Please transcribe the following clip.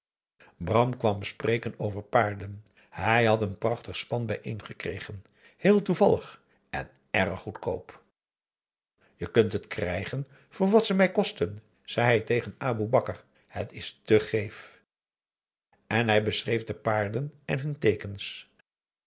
bram kwam spreken over paarden hij had een prachtig span bijeen gekregen heel toevallig en erg goedkoop je kunt het krijgen voor wat ze mij kosten zei hij tegen aboe bakar het is te geef n hij beschreef de paarden en hun teekens